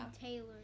Taylor